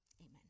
Amen